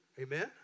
Amen